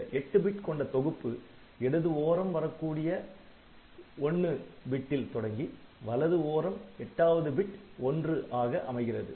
இந்த 8 பிட் கொண்ட தொகுப்பு இடது ஓரம் வரக்கூடிய '1' வது பிட்டில் தொடங்கி வலது ஓரம் எட்டாவது பிட் '1' ஆக அமைகிறது